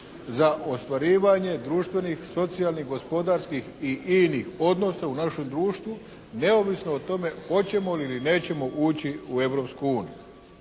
za ostvarivanje društvenih, socijalnih, gospodarskih i inih odnosa u našem društvu neovisno o tome hoćemo li ili nećemo ući u